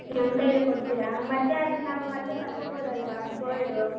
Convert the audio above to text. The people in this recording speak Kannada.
ನಮ್ಮ ಕೈಗೇ ಕೊಡ್ತೀರಾ ಮತ್ತು ಅದನ್ನು ನಾವು ಮತ್ತೆ ತಕೊಬೋದಲ್ಲವಾ ಗೋಲ್ಡು